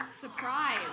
Surprise